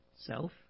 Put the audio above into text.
self